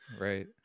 Right